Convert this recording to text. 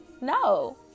No